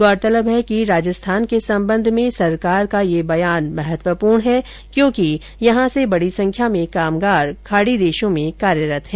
गौरतलब है कि राजस्थान के संबंध में सरकार का ये बयान महत्वपूर्ण है क्योंकि यहां से बडी संख्या में कामगार खाडी देशों में कार्यरत है